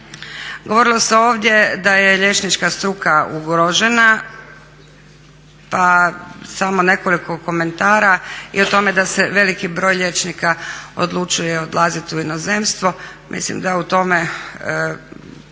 Govorilo se ovdje da je liječnička struka ugrožena, pa samo nekoliko komentara i o tome da se veliki broj liječnika odlučuje odlazit u inozemstvo. Mislim da u tome